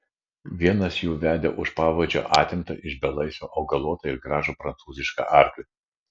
vienas jų vedė už pavadžio atimtą iš belaisvio augalotą ir gražų prancūzišką arklį